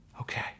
okay